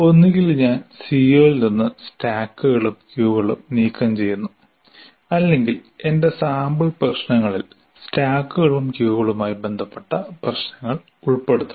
ഒന്നുകിൽ ഞാൻ സിഒയിൽ നിന്ന് സ്റ്റാക്കുകളും ക്യൂകളും നീക്കംചെയ്യുന്നു അല്ലെങ്കിൽ എന്റെ സാമ്പിൾ പ്രശ്നങ്ങളിൽ സ്റ്റാക്കുകളും ക്യൂകളുമായി ബന്ധപ്പെട്ട പ്രശ്നങ്ങൾ ഉൾപ്പെടുത്തണം